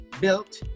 built